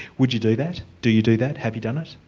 would you do that? do you do that? have you done it?